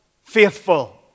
faithful